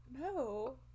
No